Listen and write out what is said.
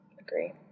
Agree